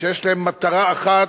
שיש להם מטרה אחת: